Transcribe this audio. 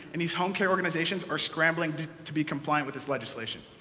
and these home-care organizations are scrambling to to be compliant with this legislation.